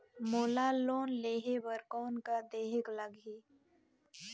मोला लोन लेहे बर कौन का देहेक लगही?